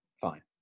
fine